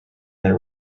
there